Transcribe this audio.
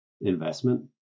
investment